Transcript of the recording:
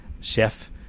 chef